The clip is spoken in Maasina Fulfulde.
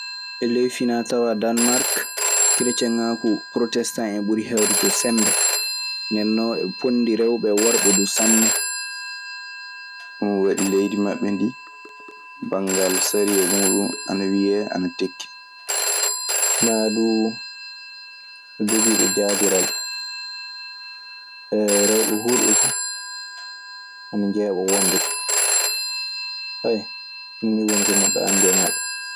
E ley finatawa danmarke kerciengaku protestan hen dun ɓuri heɗe ton semɓe, ndenon heɓe poni worɓe e rewɓe sanne. Ɗun waɗi leydi maɓɓe ndii, banngal sariya muuɗun ana wiyee ana tekki. Maa duu jogiiɓe jaadiral. Rewɓe huurɓe fu ana njeeɓoo wonde ɗun. Ɗun nii ɗoni ko neɗɗo anndi e maɓɓe.